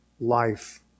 life